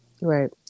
Right